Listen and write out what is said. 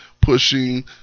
pushing